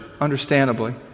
understandably